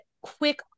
quick